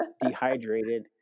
dehydrated